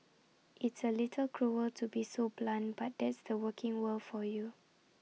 it's A little cruel to be so blunt but that's the working world for you